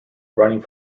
running